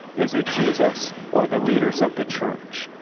is it jesus or the leaders of the church?